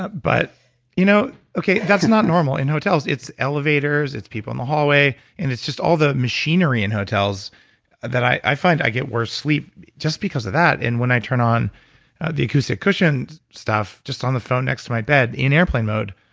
but you know, okay, that's not normal. in hotels, it's elevators, it's people in the hallway and it's just all the machinery in hotels that i find i get worse sleep just because of that and when i turn on the acoustic cushion stuff, just on the phone next to my bed, in airplane mode,